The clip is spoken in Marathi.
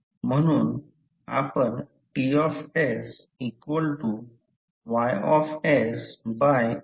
पुढे ही एक अतिशय सोपी गोष्ट आहे पुढे फ्रिंजींग आहे ते फ्रिंजिंग फ्लक्स आहे जी एअर गॅप आहे